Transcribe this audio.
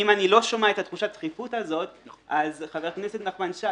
אם אני לא שומע את תחושת הדחיפות הזאת חבר הכנסת נחמן שי,